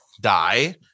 die